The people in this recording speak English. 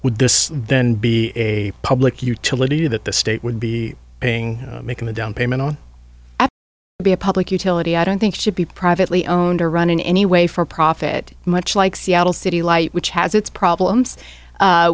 would this then be a public utility that the state would be paying making a downpayment on be a public utility i don't think should be privately owned or run in any way for profit much like seattle city light which has its problems